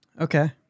Okay